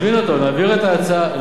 נביא את המפקח על הביטוח.